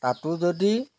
তাতো যদি